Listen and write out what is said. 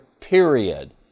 period